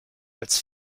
als